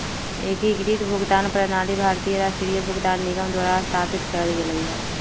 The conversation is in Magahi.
एकीकृत भुगतान प्रणाली भारतीय राष्ट्रीय भुगतान निगम द्वारा स्थापित कएल गेलइ ह